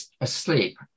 asleep